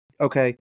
okay